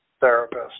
therapist